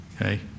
okay